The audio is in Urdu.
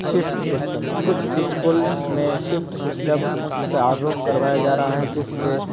شفٹ سسٹم کچھ اسکولز میں شفٹ سسٹم متعارف کروایا جا رہا ہے جس سے